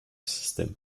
système